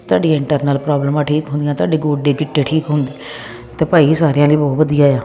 ਤੁਹਾਡੀ ਇਟਰਨਲ ਪ੍ਰੋਬਲਮਾਂ ਠੀਕ ਹੁੰਦੀਆਂ ਤੁਹਾਡੇ ਗੋਡੇ ਗਿੱਟੇ ਠੀਕ ਹੁੰਦੇ ਤਾਂ ਭਾਈ ਸਾਰਿਆਂ ਲਈ ਬਹੁਤ ਵਧੀਆ ਆ